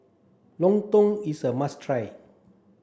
Lontong is a must try